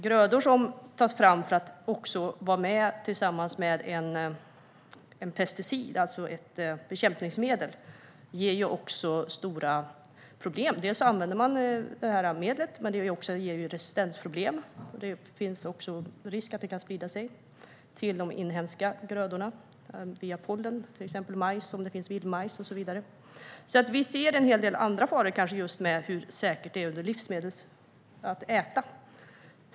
Grödor som tas fram för att vara med tillsammans med en pesticid, ett bekämpningsmedel, ger också stora problem. Man använder medlet, men det ger också resistensproblem. Det finns risk att det kan sprida sig till de inhemska grödorna via pollen. Det gäller till exempel för majs om det finns vildmajs, och så vidare. Vi ser en hel del andra faror med hur säkert det är att äta.